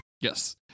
Yes